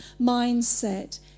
mindset